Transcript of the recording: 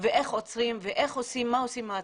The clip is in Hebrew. איך עוצרים ומה עושים עם העצורים.